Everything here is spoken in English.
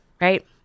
right